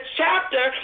chapter